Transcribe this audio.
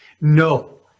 No